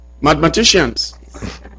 Mathematicians